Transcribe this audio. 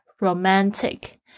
Romantic